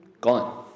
Gone